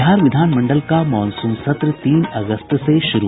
बिहार विधान मंडल का मॉनसून सत्र तीन अगस्त से होगा शुरू